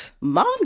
mom